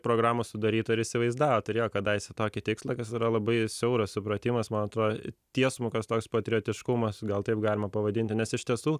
programos sudarytojai ir įsivaizdavo turėjo kadaise tokį tikslą kas yra labai siauras supratimas man atrodo tiesmukas toks patriotiškumas gal taip galima pavadinti nes iš tiesų